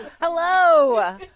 Hello